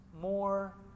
more